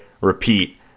repeat